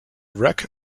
wreck